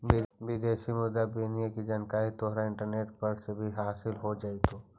विदेशी मुद्रा विनिमय की जानकारी तोहरा इंटरनेट पर से भी हासील हो जाइतो